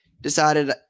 decided –